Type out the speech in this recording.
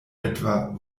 etwa